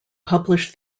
published